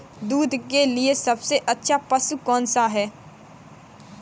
दूध के लिए सबसे अच्छा पशु कौनसा है?